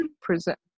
present